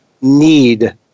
need